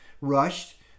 rushed